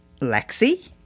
Lexi